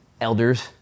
elders